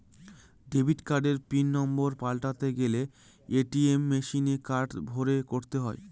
debit কার্ডের PIN number পাল্টাতে গেলে এ.টি.এম মেশিনে কার্ড ভোরে করতে হয়